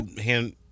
Hand